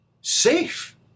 Safe